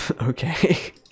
Okay